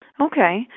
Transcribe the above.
Okay